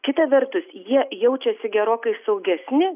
kita vertus jie jaučiasi gerokai saugesni